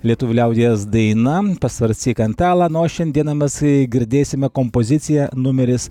lietuvių liaudies daina pasvarscyk antelia na o šiandieną mes girdėsime kompoziciją numeris